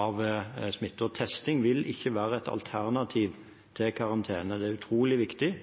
av smitte. Testing vil ikke være et alternativ til karantene. Det er utrolig viktig